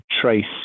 trace